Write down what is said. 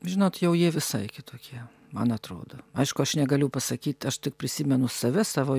žinot jau jie visai kitokie man atrodo aišku aš negaliu pasakyt aš tik prisimenu save savo